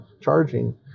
charging